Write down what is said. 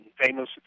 famous